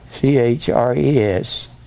C-H-R-E-S